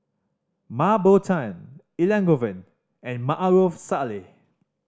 Mah Bow Tan Elangovan and Maarof Salleh